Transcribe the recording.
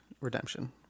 redemption